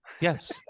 yes